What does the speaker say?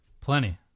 Plenty